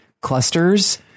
clusters